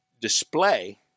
display